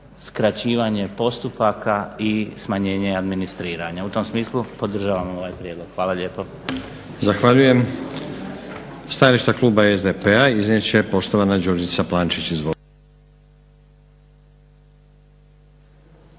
skraćivanje postupaka i smanjenje administriranja. U tom smislu podržavam ovaj prijedlog. Hvala lijepo.